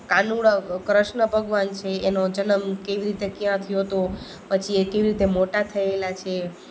કાનુડો કૃષ્ણ ભગવાન છે એનો જન્મ કેવી રીતે ક્યાં થયો હતો પછી એ કેવી રીતે મોટા થયેલા છે